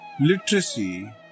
literacy